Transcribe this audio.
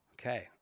Okay